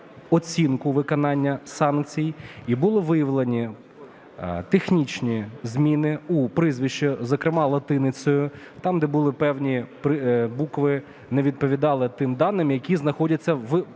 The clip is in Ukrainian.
оцінку виконання санкцій і були виявлені технічні зміни у прізвищі, зокрема латиницею, там, де були певні букви, не відповідали тим даним, які знаходяться в паспортах